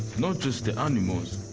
not just the animals!